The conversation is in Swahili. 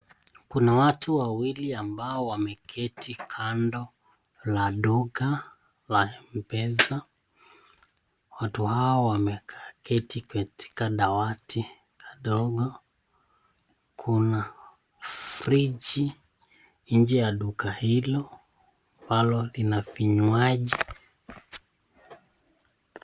Kuna watu wawili ambao wameketi kando la duka la m-pesa. Watu hao wameketi katika dawati kadogo. Kuna friji nje ya duka hilo ambalo lina vinywaji.